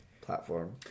platform